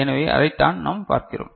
எனவே அதைத்தான் நாம் பார்க்கிறோம்